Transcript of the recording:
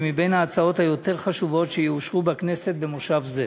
והיא מבין ההצעות היותר-חשובות שיאושרו בכנסת במושב זה.